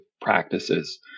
practices